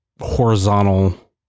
horizontal